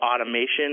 automation